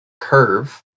curve